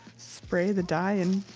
spray the dye and.